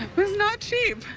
there's not shape.